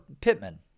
Pittman